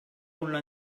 una